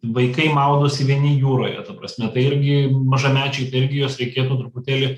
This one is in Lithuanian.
vaikai maudosi vieni jūroje ta prasme tai irgi mažamečiai tai irgi juos reikėtų truputėlį